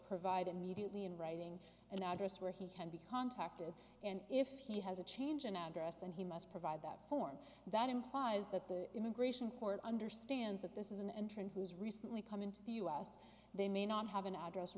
provide immediately in writing an address where he can be contacted and if he has a change in address then he must provide that form that implies that the immigration court understands that this is an intern who has recently come into the us they may not have an address